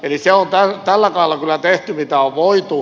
eli se on tällä kaudella kyllä tehty mitä on voitu